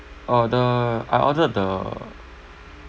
orh the I ordered the